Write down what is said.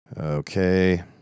Okay